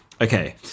okay